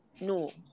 No